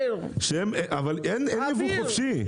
אין יבוא חופשי.